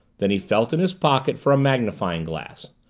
then he felt in his pocket for a magnifying glass,